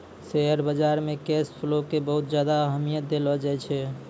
share बाजार मे cash flow के बहुत ज्यादा अहमियत देलो जाए छै